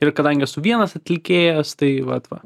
ir kadangi esu vienas atlikėjas tai vat va